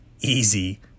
easy